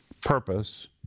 purpose